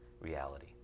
reality